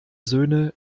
söhne